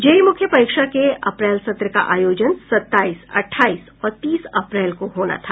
JEE मुख्य परीक्षा के अप्रैल सत्र का आयोजन सत्ताईस अड्डाईस और तीस अप्रैल को होना था